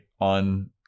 on